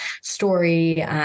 story